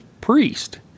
Priest